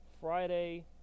friday